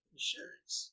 insurance